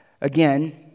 Again